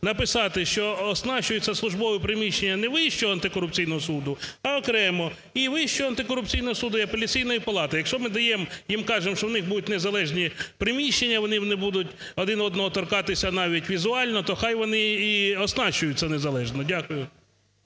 написати, що оснащується службове приміщення не Вищого антикорупційного суду, а окремо і Вищого антикорупційного суду, і Апеляційної палати. Якщо ми даємо, їм кажемо, що у них будуть незалежні приміщення, вони не будуть один одного торкатися навіть візуально, то хай вони і оснащуються незалежно. Дякую.